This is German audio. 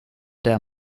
der